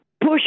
push